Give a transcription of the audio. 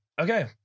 Okay